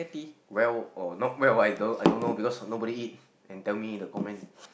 well or not well I don't don't know because of nobody can tell me the comment